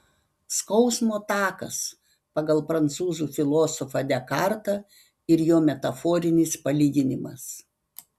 skausmo takas pagal prancūzų filosofą dekartą ir jo metaforinis palyginimas